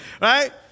right